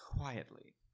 Quietly